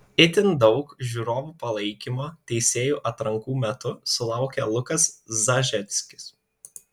itin daug žiūrovų palaikymo teisėjų atrankų metu sulaukė lukas zažeckis